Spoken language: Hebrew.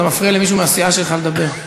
אתה מפריע למישהו מהסיעה שלך לדבר.